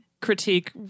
critique